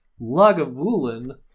lagavulin